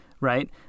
right